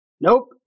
Nope